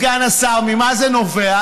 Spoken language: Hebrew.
אז אדוני סגן השר, ממה זה נובע?